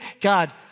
God